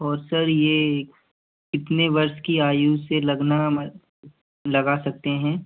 और सर यह कितने वर्ष की आयु से लगना मत लगा सकते हैं